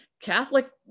Catholic